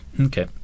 Okay